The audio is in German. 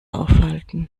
aufhalten